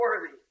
worthy